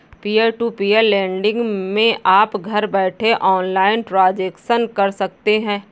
peer to peer lending मै आप घर बैठे ऑनलाइन ट्रांजेक्शन कर सकते है